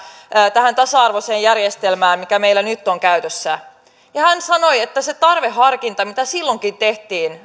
tähän tasa arvoiseen järjestelmään mikä meillä nyt on käytössä hän sanoi että se tarveharkinta mitä silloinkin tehtiin